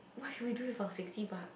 what should we do with our sixty bucks